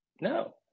No